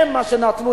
מה שהם נתנו,